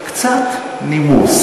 קצת נימוס.